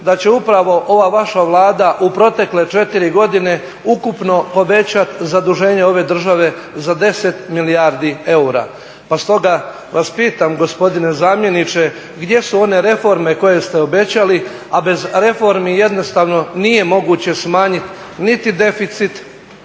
da će upravo ova vaša Vlada u protekle 4 godine ukupno povećati zaduženje ove države za 10 milijardi eura. Pa stoga vas pitam gospodine zamjeniče gdje su one reforme koje ste obećali? A bez reformi jednostavno nije moguće smanjiti niti deficit,